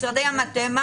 משרדי המטה,